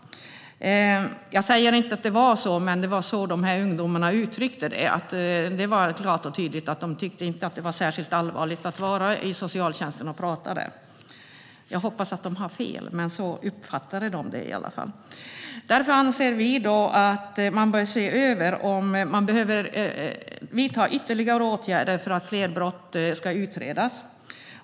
Jag säger inte att det var så, men det var så ungdomarna uttryckte det. Det var klart och tydligt att de inte tyckte att det var särskilt allvarligt att vara hos socialtjänsten och prata. Jag hoppas att de har fel, men så uppfattade de det i alla fall. Därför anser vi att man bör se över om man behöver vidta ytterligare åtgärder för att fler brott ska utredas.